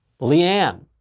Leanne